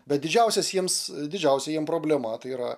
bet didžiausias jiems didžiausia jiem problema tai yra